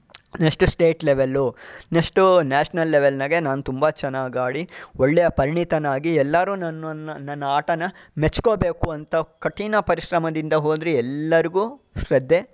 next state level ನೆಷ್ಟು national ಲೆವೆಲ್ನಾಗೆ ನಾನು ತುಂಬ ಚೆನ್ನಾಗಿ ಆಡಿ ಒಳ್ಳೆಯ ಪರಿಣಿತನಾಗಿ ಎಲ್ಲರೂ ನನ್ನನ್ನು ನನ್ನ ಆಟನ ಮೆಚ್ಕೋಬೇಕು ಅಂತ ಕಠಿಣ ಪರಿಶ್ರಮದಿಂದ ಹೋದರೆ ಎಲ್ಲರಿಗೂ ಶ್ರದ್ಧೆ